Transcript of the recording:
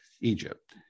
Egypt